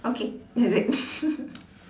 okay is it